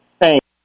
Thanks